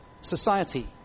society